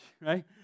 right